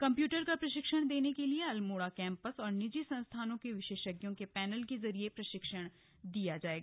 computer का प्रशिक्षण देने के लिए अल्मोड़ा कैम्पस और निजी संस्थानों के विशेषज्ञों के पैनल के जरिए प्रशिक्षण दिया जायेगा